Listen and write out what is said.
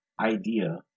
idea